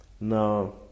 Now